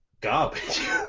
garbage